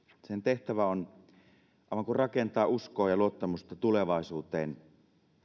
sen tehtävä on aivan kuin rakentaa uskoa ja luottamusta tulevaisuuteen